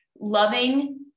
loving